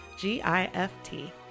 G-I-F-T